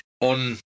on